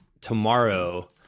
tomorrow